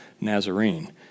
Nazarene